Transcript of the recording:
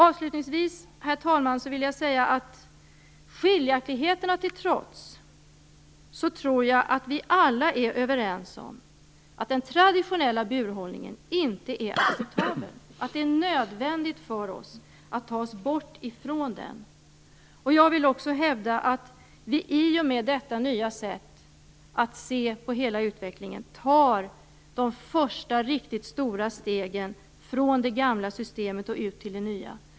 Herr talman! Skiljaktigheterna till trots tror jag att vi alla är överens om att den traditionella burhållningen inte är acceptabel och att det är nödvändigt för oss att ta oss bort från den. Jag vill också hävda att vi i och med detta nya sätt att se på hela utvecklingen tar de första riktigt stora stegen från det gamla systemet och ut till det nya.